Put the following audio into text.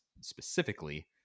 specifically